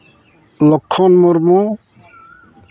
Lakshman Murmu